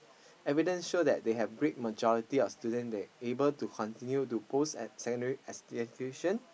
evidence show that they have great majority of student they able to continue to post as secondary as